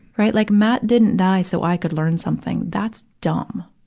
right, like matt didn't die so i could learn something. that's dumb!